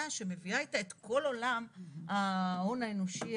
שמביאה איתה את כל עולם ההון האנושי,